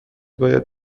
باید